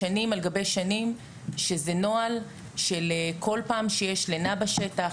שנים על גבי שנים שזה נוהל של כל פעם שיש לינה בשטח,